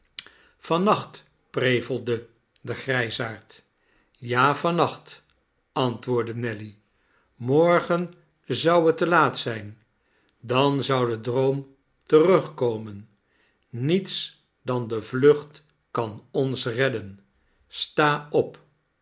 van nacht prevelde de grijsaard ja van nacht antwoordde nelly morgen zou het te laat zijn dan zou de droom terugkomen niets dan de vlucht kan ons redden sta op